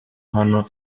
hano